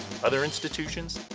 other institutions,